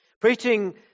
Preaching